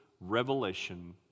revelation